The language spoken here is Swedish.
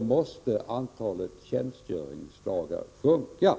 måste antalet tjänstgöringsdagar sjunka.